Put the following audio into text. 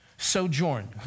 Sojourn